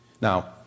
Now